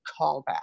callback